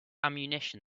ammunition